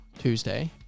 Tuesday